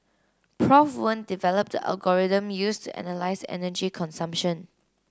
Prof Wen developed the algorithm used to analyse energy consumption